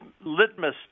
litmus